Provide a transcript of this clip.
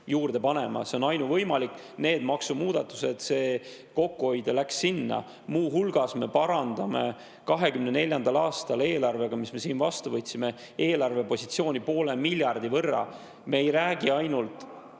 juurde panema. See on ainuvõimalik, nende maksumuudatuste tegemine. See kokkuhoid läks sinna. Muu hulgas me parandame 2024. aastal eelarvega, mis me siin vastu võtsime, eelarvepositsiooni poole miljardi võrra. Me ei räägi ainult,